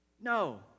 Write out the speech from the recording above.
No